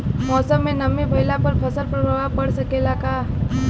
मौसम में नमी भइला पर फसल पर प्रभाव पड़ सकेला का?